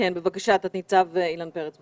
בבקשה, תת ניצב אילן פרץ.